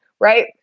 right